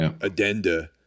addenda